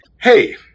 Hey